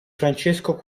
francesco